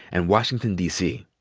and washington, d. c.